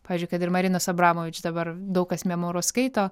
pavyzdžiui kad ir marinos abramovič dabar daug kas memuarus skaito